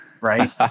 right